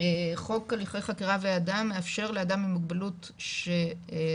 חוק הליכי חקירה ואדם מאפשר לאדם עם מוגבלות שנחקר,